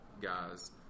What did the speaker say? guys